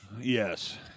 Yes